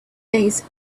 days